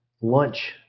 lunch